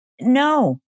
no